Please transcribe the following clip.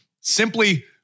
simply